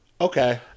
okay